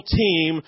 team